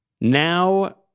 Now